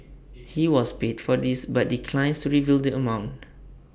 he was paid for this but declines to reveal the amount